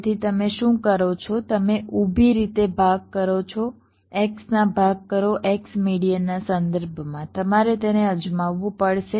તેથી તમે શું કરો છો તમે ઊભી રીતે ભાગ કરો છો x નાં ભાગ કરો x મેડીઅનના સંદર્ભમાં તમારે તેને અજમાવવું પડશે